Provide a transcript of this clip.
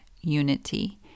unity